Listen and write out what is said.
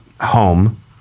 home